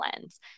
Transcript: lens